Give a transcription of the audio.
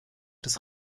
des